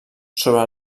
sobre